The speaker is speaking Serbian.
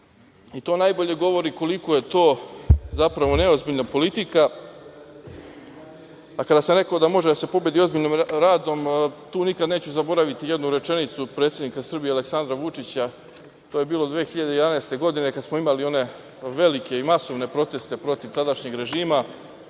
To najbolje govori koliko je to neozbiljna politika. Kada sam rekao da može da se pobedi ozbiljnim radom, tu nikada neću zaboraviti jednu rečenicu predsednika Srbije Aleksandra Vučića. To je bilo 2011. godine kada smo imali velike i masovne proteste protiv tadašnjeg režima.